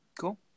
Cool